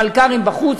המלכ"רים בחוץ,